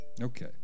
Okay